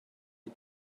you